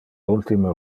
ultime